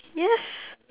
yes